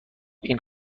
این